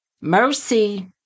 Mercy